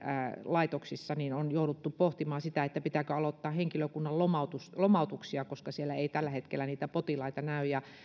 laitoksissa on jouduttu pohtimaan sitä pitääkö aloittaa henkilökunnan lomautuksia lomautuksia koska siellä ei tällä hetkellä niitä potilaita näy